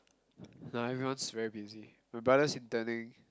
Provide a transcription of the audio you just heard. now everyone's very busy my brother's interning